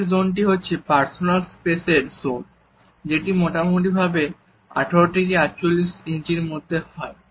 পরের জোনটি হচ্ছে পার্সোনাল স্পেসের জোন যেটি মোটামুটি ভাবে 18 থেকে 48 ইঞ্চির মধ্যে হয়